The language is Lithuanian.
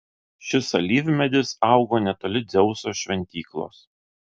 šis alyvmedis augo netoli dzeuso šventyklos